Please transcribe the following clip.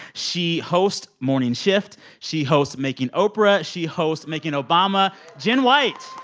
she hosts morning shift. she hosts making oprah. she hosts making obama. jenn white